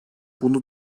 bunu